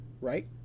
Right